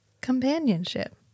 companionship